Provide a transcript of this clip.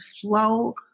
flow